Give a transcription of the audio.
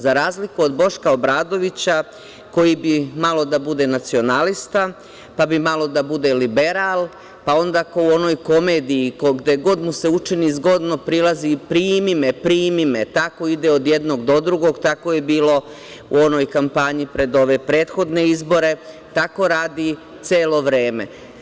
Za razliku od Boška Obradovića, koji bi malo da bude nacionalista, pa bi malo da bude liberal, pa onda kao u onoj komediji gde god mu se učini zgodno prilazi „ primi me, primi me“, tako ide od jednog do drugog, tako je bilo u onoj kampanji pred ove prethodne izbore, tako radi celo vreme.